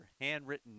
handwritten